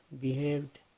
behaved